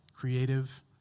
creative